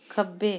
ਖੱਬੇ